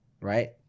right